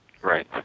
Right